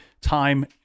time